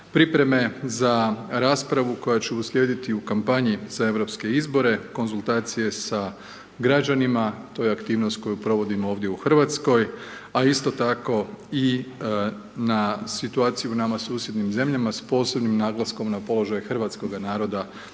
pripreme za raspravu koja će uslijediti u kampanji za europske izbore, konzultacije sa građanima, to je aktivnost koju provodimo ovdje u Hrvatskoj, a isto tako i na situaciju u nama susjednim zemljama s posebnim naglaskom na položaj hrvatskoga naroda